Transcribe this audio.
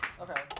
Okay